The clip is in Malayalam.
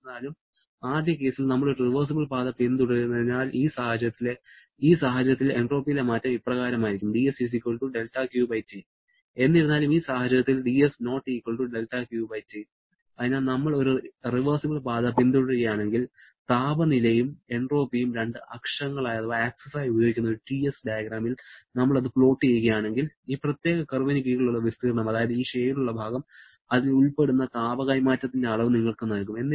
എന്നിരുന്നാലും ആദ്യ കേസിൽ നമ്മൾ ഒരു റിവേഴ്സിബിൾ പാത പിന്തുടരുന്നതിനാൽ ഈ സാഹചര്യത്തിൽ എൻട്രോപ്പിയിലെ മാറ്റം ഇപ്രകാരമായിരിക്കും എന്നിരുന്നാലും ഈ സാഹചര്യത്തിൽ അതിനാൽ നമ്മൾ ഒരു റിവേർസിബിൾ പാത പിന്തുടരുകയാണെങ്കിൽ താപനിലയും എൻട്രോപ്പിയും രണ്ട് അക്ഷങ്ങളായി ഉപയോഗിക്കുന്ന ഒരു TS ഡയഗ്രാമിൽ നമ്മൾ അത് പ്ലോട്ട് ചെയ്യുകയാണെങ്കിൽ ഈ പ്രത്യേക കർവിന് കീഴിലുള്ള വിസ്തീർണ്ണം അതായത് ഈ ഷേഡുള്ള ഭാഗം അതിൽ ഉൾപ്പെടുന്ന താപ കൈമാറ്റത്തിന്റെ അളവ് നിങ്ങൾക്ക് നൽകും